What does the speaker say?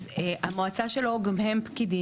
אז המועצה שלו גם הם פקידים,